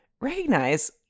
recognize